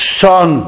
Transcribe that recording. son